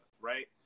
right